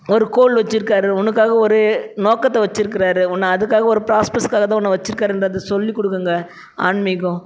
ஒரு கோல் வச்சுருக்காரு உனக்காக ஒரு நோக்கத்தை வச்சுருக்காரு உன்னை அதுக்காக ஒரு ப்ராப்ரெஸ்க்காக தான் உன்னை வச்சுருக்காருன்றத சொல்லி கொடுக்குங்கங்க ஆன்மீகம்